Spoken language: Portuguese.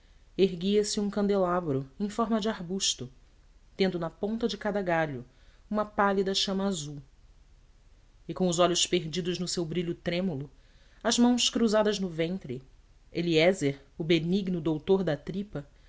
gelo erguia-se um candelabro em forma de arbusto tendo na ponta de cada galho uma pálida chama azul e com os olhos perdidos no seu brilho trêmulo as mãos cruzadas no ventre eliézer o benigno doutor da tripa